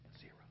Zero